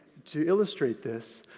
to illustrate this,